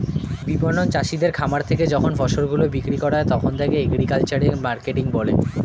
বিপণন চাষীদের খামার থেকে যখন ফসল গুলো বিক্রি করা হয় তখন তাকে এগ্রিকালচারাল মার্কেটিং বলে